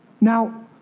Now